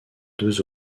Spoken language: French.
deux